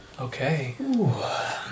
Okay